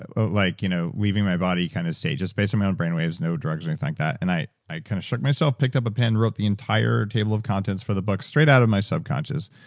ah like you know leaving my body kind of state, just based on my own brainwaves, no drugs or anything like that. and i i kind of shook myself, picked up a pen, wrote the entire table of contents for the book straight out of my subconscious.